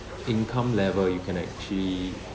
income level you can actually